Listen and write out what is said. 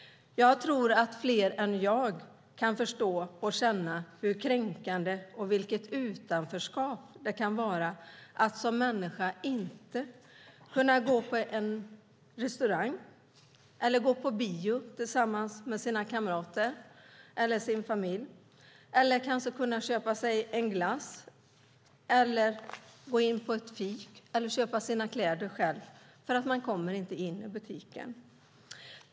Jag tror att fler än jag kan förstå och känna hur kränkande det är och vilket utanförskap det kan vara att som människa inte kunna gå på restaurang eller på bio tillsammans med sina kamrater eller sin familj, eller att inte kunna köpa sig en glass, gå in på ett fik eller köpa sina kläder själv, för man kommer inte in i butiken.